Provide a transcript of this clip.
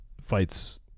fights